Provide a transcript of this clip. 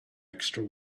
extra